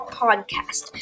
podcast